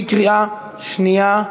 בקריאה שנייה.